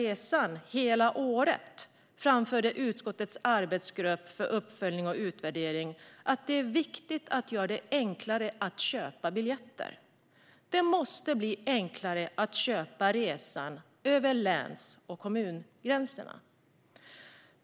En uppföljning av transportsystemets tillgänglighet för personer med funktionsnedsättning framförde utskottets arbetsgrupp för uppföljning och utvärdering att det är viktigt att göra det enklare att köpa biljetter. Det måste bli enklare att köpa resan över läns och transportslagsgränserna.